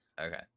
okay